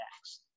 next